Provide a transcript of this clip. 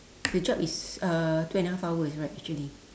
the job is uh two and a half hours right actually